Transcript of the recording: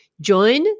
Join